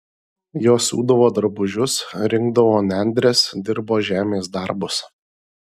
jos siūdavo drabužius rinkdavo nendres dirbo žemės darbus